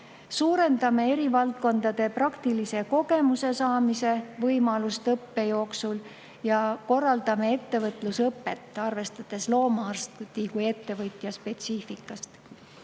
Suurendame eri valdkondade praktilise kogemuse saamise võimalust õppe jooksul ja korraldame ettevõtlusõpet, arvestades loomaarsti kui ettevõtja spetsiifikat.